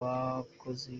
bakozi